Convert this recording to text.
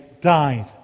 died